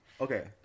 Okay